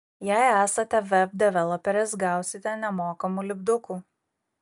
jei esate web developeris gausite nemokamų lipdukų